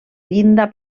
llinda